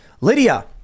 Lydia